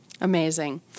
Amazing